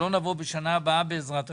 שלא נבוא בשנה הבאה בעזרת ה'